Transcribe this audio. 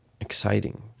exciting